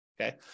okay